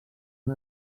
han